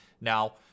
now